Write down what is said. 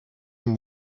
from